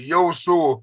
jau su